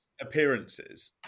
appearances